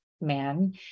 man